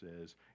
says